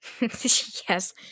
yes